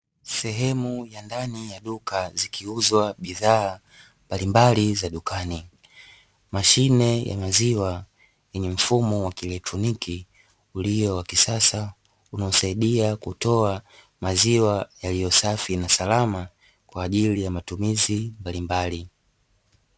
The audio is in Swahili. Sehemu ya ndani ya duka zikiuzwa bidhaa mbalimbali za dukani. Mashine ya maziwa yenye mfumo wa kieletroniki ulio wa kisasa, unaosaidia kutoa maziwa yalio safi na salama kwa ajili ya matumizi mbalimbali.